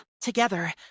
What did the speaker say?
together